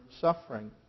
suffering